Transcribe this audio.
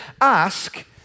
Ask